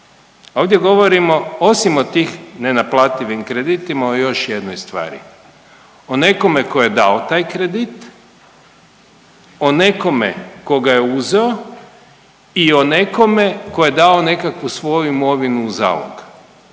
ovdje govorimo osim o tih nenaplativim kreditima o još jednoj stvari. O nekome tko je dao taj kredit, o nekome tko ga je uzeo i o nekome tko je dao nekakvu svoju imovinu u zalog.